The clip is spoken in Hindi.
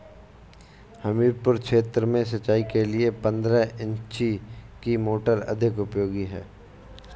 हमीरपुर क्षेत्र में सिंचाई के लिए पंद्रह इंची की मोटर अधिक उपयोगी है?